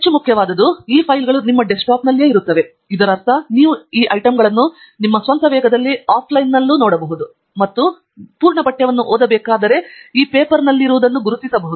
ಹೆಚ್ಚು ಮುಖ್ಯವಾದುದು ಈ ಫೈಲ್ಗಳು ನಿಮ್ಮ ಡೆಸ್ಕ್ಟಾಪ್ನಲ್ಲಿಯೇ ಇರುತ್ತವೆ ಇದರರ್ಥ ನೀವು ಈ ಐಟಂಗಳನ್ನು ನಿಮ್ಮ ಸ್ವಂತ ವೇಗದಲ್ಲಿ ಆಫ್ಲೈನ್ನಲ್ಲಿ ಹೋಗಬಹುದು ಮತ್ತು ನೀವು ಪೂರ್ಣ ಪಠ್ಯವನ್ನು ಓದಬೇಕೆಂದಿರುವ ಈ ಪೇಪರ್ಸ್ನಲ್ಲಿರುವವರನ್ನು ಗುರುತಿಸಬಹುದು